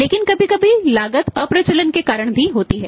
लेकिन कभी कभी लागत अप्रचलन के कारण भी होती है